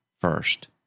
first